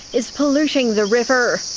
is polluting the river.